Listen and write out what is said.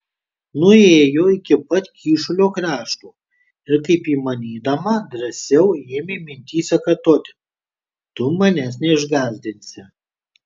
nuėjo iki pat kyšulio krašto ir kaip įmanydama drąsiau ėmė mintyse kartoti tu manęs neišgąsdinsi